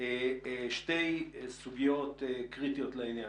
שתתייחס לשתי סוגיות קריטיות לעניין.